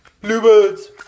Bluebirds